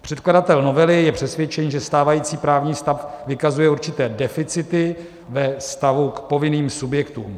Předkladatel novely je přesvědčen, že stávající právní stav vykazuje určité deficity ve vztahu k povinným subjektům.